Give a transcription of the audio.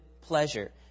pleasure